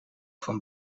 van